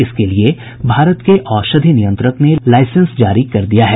इसके लिये भारत के औषधि नियंत्रक ने लाइसेंस जारी कर दिया है